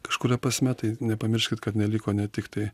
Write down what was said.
kažkuria prasme tai nepamirškit kad neliko ne tiktai